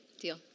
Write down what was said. Deal